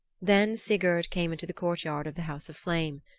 then sigurd came into the courtyard of the house of flame.